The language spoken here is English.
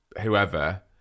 whoever